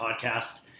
podcast